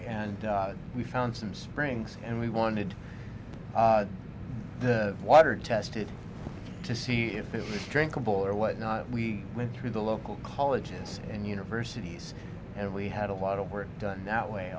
and we found some springs and we wanted the water tested to see if it drinkable or what not we went through the local colleges and universities and we had a lot of work done that way